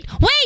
wait